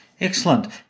Excellent